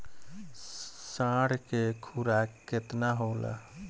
साढ़ के खुराक केतना होला?